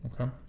Okay